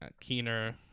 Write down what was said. Keener